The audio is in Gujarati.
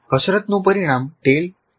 કસરતનું પરિણામ tale